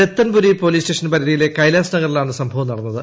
Rathanpuri police station പരിധിയിലെ കൈലാസ് നഗറിലാണ് സംഭവം നടന്നത്